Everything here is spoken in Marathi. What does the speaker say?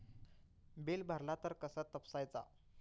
बिल भरला तर कसा तपसायचा?